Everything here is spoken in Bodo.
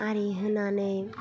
आरि होनानै